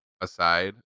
aside